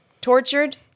tortured